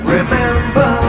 Remember